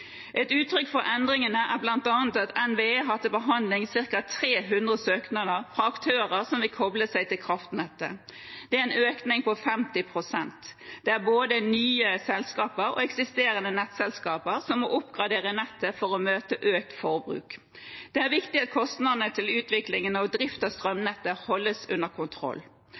Et uttrykk for endringene er bl.a. at NVE har til behandling ca. 300 søknader fra aktører som vil koble seg til kraftnettet. Det er en økning på 50 pst. Det er både nye selskaper og eksisterende nettselskaper som må oppgradere nettet for å møte økt forbruk. Det er viktig at kostnadene til utvikling og drift av strømnettet holdes under kontroll.